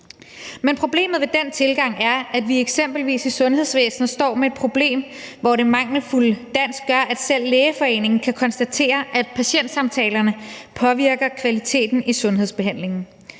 Men problemet med den tilgang er, at vi eksempelvis i sundhedsvæsenet står med et problem, hvor det mangelfulde dansk gør, at selv Lægeforeningen kan konstatere, at patientsamtalerne påvirker kvaliteten i sundhedsbehandlingen.